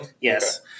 Yes